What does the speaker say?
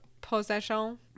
possession